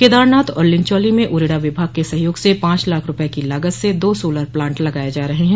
केदारनाथ और लिनचौली में उरेडा विभाग के सहयोग से पांच लाख रुपये की लागत से दो सोलर प्लांट लगाए जा रहे है